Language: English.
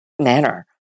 manner